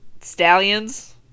stallions